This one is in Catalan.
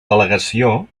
delegació